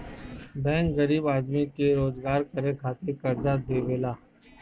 bank गरीब आदमी के रोजगार करे खातिर कर्जा देवेला